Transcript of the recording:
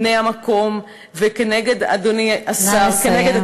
בני המקום, ונגד, אדוני השר, נא לסיים.